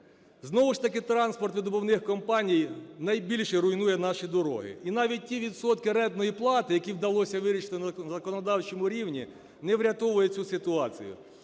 Знову ж таки транспорт видобувних компаній найбільше руйнує наші дороги. І навіть ті відсотки рентної плати, які вдалося вирішити на законодавчому рівні, не врятовують цю ситуацію.